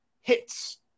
hits